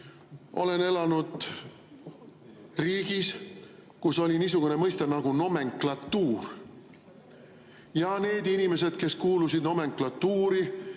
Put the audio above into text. olen elanud riigis, kus oli niisugune mõiste nagu "nomenklatuur". Neid inimesi, kes kuulusid nomenklatuuri,